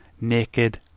naked